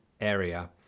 area